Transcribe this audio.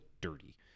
dirty